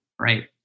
right